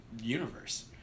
universe